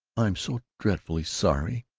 i'm so dreadfully sorry!